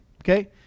Okay